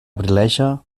abrileja